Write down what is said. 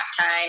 time